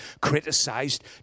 criticized